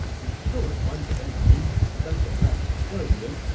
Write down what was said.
he killed a bunch of enemies, sent the rest scurrying,